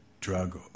Drug